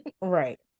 right